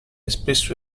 spesso